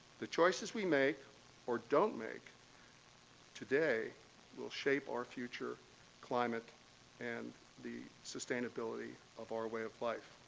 the choices we make or don't make today will shape our future climate and the sustainability of our way of life.